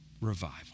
revival